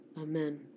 Amen